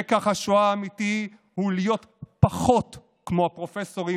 לקח השואה האמיתי הוא להיות פחות כמו הפרופסורים